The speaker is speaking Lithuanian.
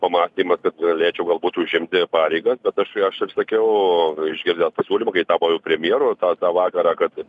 pamąstymas kad galėčiau galbūt užimti pareigas bet aš aš ir sakiau išgirdęs pasiūlymą kai jis tapo jau premjeru tą tą vakarą kad